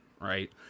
right